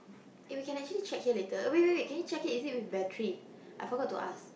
eh we can actually check here later wait wait wait can you check it is it with battery I forgot to ask